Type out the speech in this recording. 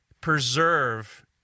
preserve